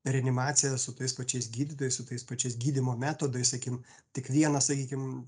reanimaciją su tais pačiais gydytojais su tais pačiais gydymo metodais sakim tik vienas sakykim